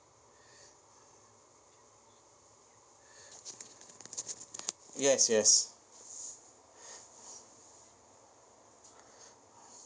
yes yes